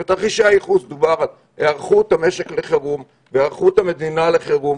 עם תרחישי הייחוס דובר על היערכות המשק לחירום והיערכות המדינה לחירום,